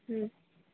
ହୁଁ